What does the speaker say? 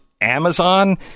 Amazon